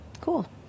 cool